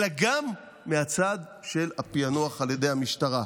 אלא גם מהצד של הפענוח על ידי המשטרה.